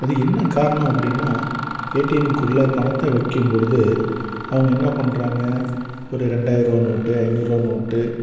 அது என்ன காரணம் அப்படின்னா ஏடிஎம்குள்ளே பணத்தை வைக்கும்பொழுது அவங்க என்ன பண்ணுறாங்க ஒரு ரெண்டாயிரரூவா நோட்டு ஒரு ஐந்நூறுரூவா நோட்டு